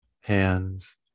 hands